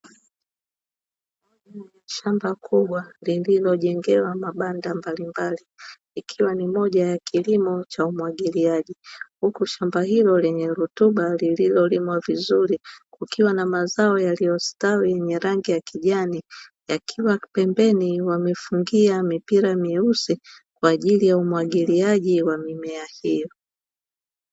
Shamba kubwa lililojengewa mabanda mbalimbali ikiwa ni moja ya kilimo cha umwagiliaji. Huku shamba hilo lenye rutuba lililolimwa vizuri kukiwa na mazao yaliyostawi na rangi ya kijani yakiwa pembeni wamefungia mipira myeusi kwa ajili ya umwagiliaji wa mimea hiyo.